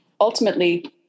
ultimately